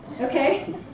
Okay